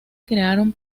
crearon